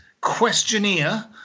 Questionnaire